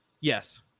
Yes